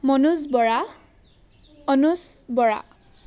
Manoj Bora Anuj Bora